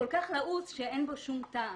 כך לעוס, אין בו שום טעם.